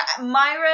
Myra